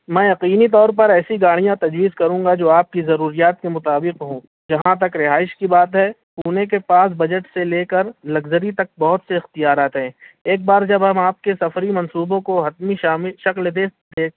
میں یقینی طور پر ایسی گاڑیاں تجویز کروں گا جو آپ کی ضروریات کے مطابق ہوں جہاں تک رہائش کی بات ہے پونے کے پاس بجٹ سے لے کر لگزری تک بہت سے اختیارات ہیں ایک بار جب ہم آپ کے سفری منصوبوں کو حتمی شکل دے دے